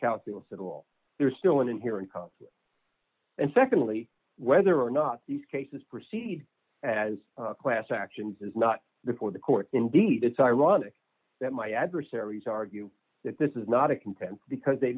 calculus at all there is still an inherent conflict and secondly whether or not these cases proceed as a class action is not before the court indeed it's ironic that my adversaries argue that this is not a complaint because they